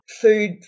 food